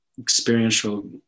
experiential